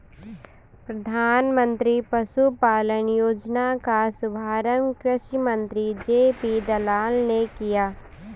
प्रधानमंत्री पशुपालन योजना का शुभारंभ कृषि मंत्री जे.पी दलाल ने किया